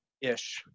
Ish